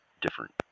different